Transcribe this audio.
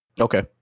Okay